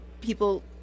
people